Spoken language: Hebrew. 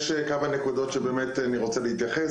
יש כמה נקודות שאני באמת רוצה להתייחס.